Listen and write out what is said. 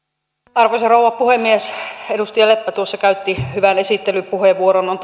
arvoisa rouva puhemies edustaja leppä tuossa käytti hyvän esittelypuheenvuoron on